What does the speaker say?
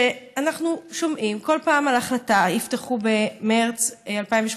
אנחנו שומעים בכל פעם על החלטה: יפתחו במרס 2018,